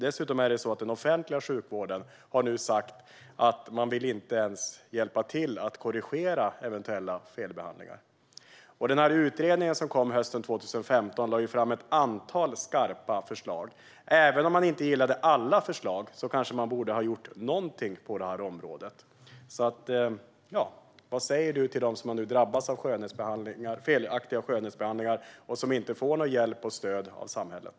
Dessutom har den offentliga sjukvården nu sagt att man inte ens vill hjälpa till att korrigera eventuella felbehandlingar. I den utredning som kom hösten 2015 lades det fram ett antal skarpa förslag. Även om man inte gillade alla förslag kanske man borde ha gjort någonting på detta område. Vad säger du till dem som har drabbats av felaktiga skönhetsbehandlingar och som inte får hjälp och stöd av samhället?